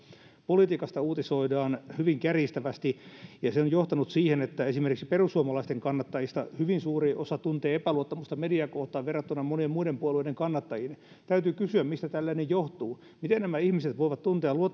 politiikasta uutisoidaan hyvin kärjistävästi ja se on johtanut siihen että esimerkiksi perussuomalaisten kannattajista hyvin suuri osa tuntee epäluottamusta mediaa kohtaan verrattuna monien muiden puolueiden kannattajiin täytyy kysyä mistä tällainen johtuu miten nämä ihmiset voivat tuntea